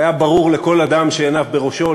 זה היה ברור לכל אדם שעיניו בראשו,